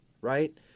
right